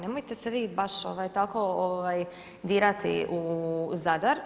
Nemojte se vi baš tako dirati u Zadar.